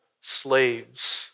slaves